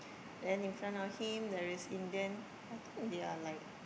then in front of him there is Indian I think they are like